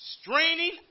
straining